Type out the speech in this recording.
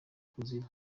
kuzimu